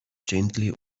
gently